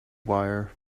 wire